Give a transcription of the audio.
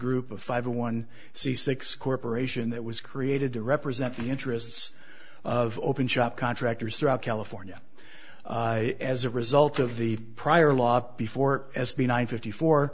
group of five a one c six corporation that was created to represent the interests of open shop contractors throughout california as a result of the prior law before as benign fifty fo